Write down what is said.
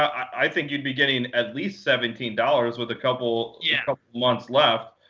i think you'd be getting at least seventeen dollars with a couple yeah ah months left.